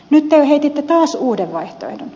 nyt te heititte taas uuden vaihtoehdon